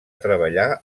treballar